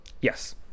Yes